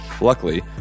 Luckily